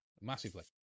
Massively